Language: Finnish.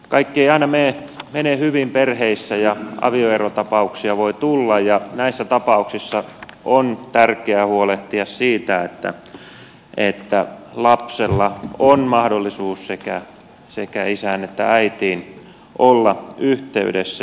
kaikki ei aina mene hyvin perheissä ja avioerotapauksia voi tulla ja näissä tapauksissa on tärkeää huolehtia siitä että lapsella on mahdollisuus sekä isään että äitiin olla yhteydessä